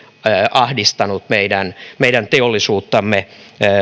ahdistanut meidän meidän teollisuuttamme